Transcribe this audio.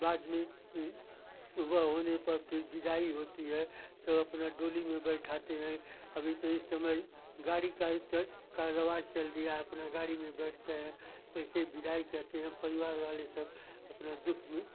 बाद में ये सुबह होने पर फिर विदाई होती है तो अपना डोली में बैठाते हैं अभी तो इस समय गाड़ी का ही च कारोबार चल दिया अपना गाड़ी में बैठते हैं कैसे विदाई करते हैं परिवार वाले सब अपने दुख में